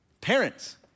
parents